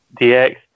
DX